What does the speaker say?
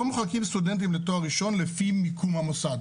פה מחלקים סטודנטים לתואר ראשון לפי מיקום המוסד.